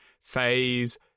phase